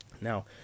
Now